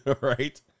Right